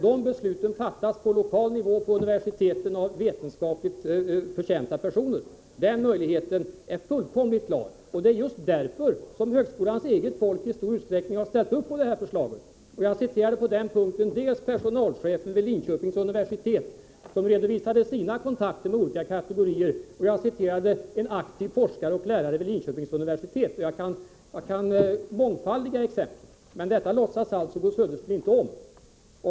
De besluten fattas på lokal nivå på universiteten av vetenskapligt förtjänta personer. Den möjligheten är fullkomligt klar, och det är därför som högskolans eget folk i stor utsträckning har ställt upp på detta förslag. Jag citerade på den punkten personalchefen vid Linköpings universitet, som redovisade sina kontakter med olika kategorier, och jag citerade en aktiv forskare vid Linköpings universitet. Jag kan mångfaldiga exemplen. Men detta låtsas Bo Södersten alltså inte om.